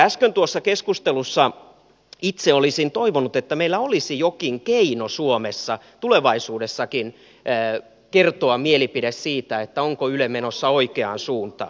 äsken tuossa keskustelussa itse olisin toivonut että meillä olisi jokin keino suomessa tulevaisuudessakin kertoa mielipide siitä onko yle menossa oikeaan suuntaan